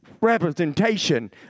representation